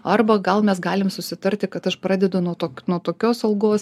arba gal mes galim susitarti kad aš pradedu nuo to nuo tokios algos